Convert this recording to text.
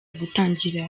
gutangira